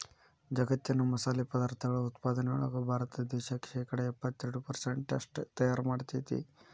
ಜಗ್ಗತ್ತಿನ ಮಸಾಲಿ ಪದಾರ್ಥಗಳ ಉತ್ಪಾದನೆಯೊಳಗ ಭಾರತ ದೇಶ ಶೇಕಡಾ ಎಪ್ಪತ್ತೆರಡು ಪೆರ್ಸೆಂಟ್ನಷ್ಟು ತಯಾರ್ ಮಾಡ್ತೆತಿ